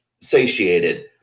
satiated